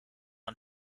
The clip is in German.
und